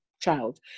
child